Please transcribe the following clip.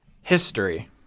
history